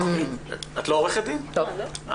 חבל,